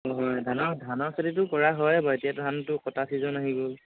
অঁ হয় ধানৰ ধানৰ খেতিটো কৰা হয় বাৰু এতিয়া ধানটো কটা ছিজন আহি গ'ল